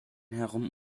herum